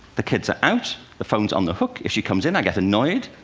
the kids are out, the phone's on the hook, if she comes in, i get annoyed.